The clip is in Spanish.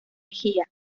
mejía